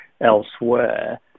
elsewhere